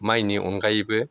माइनि अनगायैबो